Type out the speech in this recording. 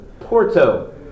Porto